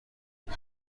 بود